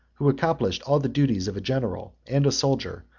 who accomplished all the duties of a general and a soldier,